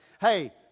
hey